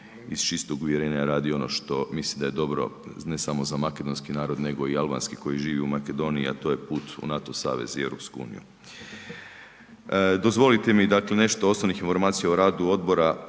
iz čistog uvjerenja radio ono što misli da je dobro ne samo za Makedonski narod nego i za Albanski koji živi u Makedoniji, a to je put u NATO savez i EU. Dozvolite mi nešto osnovnih informacija o radu odbora.